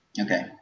Okay